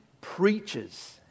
preaches